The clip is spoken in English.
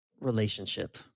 relationship